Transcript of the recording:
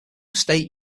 state